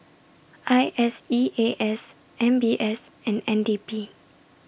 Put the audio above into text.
I S E A S M B S and N D P